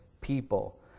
people